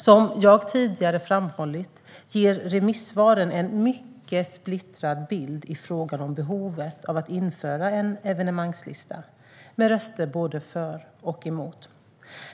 Som jag tidigare framhållit ger remissvaren en mycket splittrad bild i frågan om behovet av att införa en evenemangslista, med röster både för och emot.